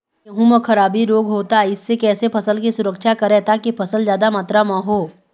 गेहूं म खराबी रोग होता इससे कैसे फसल की सुरक्षा करें ताकि फसल जादा मात्रा म हो?